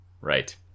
Right